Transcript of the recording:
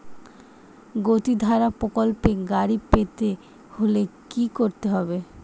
গতিধারা প্রকল্পে গাড়ি পেতে হলে কি করতে হবে?